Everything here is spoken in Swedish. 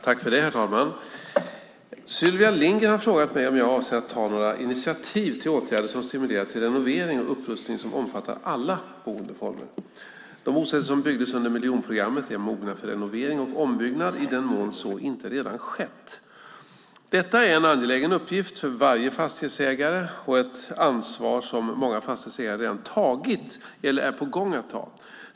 Herr talman! Sylvia Lindgren har frågat mig om jag avser att ta några initiativ till åtgärder som stimulerar till renovering och upprustning som omfattar alla boendeformer. De bostäder som byggdes under miljonprogrammet är mogna för renovering och ombyggnad i den mån så inte redan skett. Detta är en angelägen uppgift för varje fastighetsägare och ett ansvar som många fastighetsägare redan tagit eller är på gång att ta.